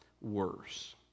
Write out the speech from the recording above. worse